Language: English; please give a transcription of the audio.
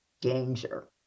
danger